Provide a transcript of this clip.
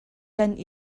kan